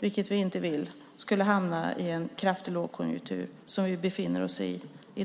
vilket vi inte vill, skulle hamna i en kraftig lågkonjunktur som den som vi i dag befinner oss i?